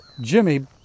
Jimmy